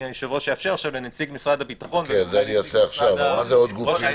היושב-ראש יאפשר לנציג משרד הביטחון לציין אילו עוד גופים.